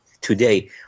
today